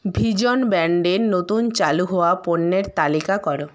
V John ব্র্যান্ডের নতুন চালু হওয়া পণ্যের তালিকা করো